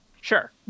sure